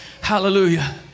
Hallelujah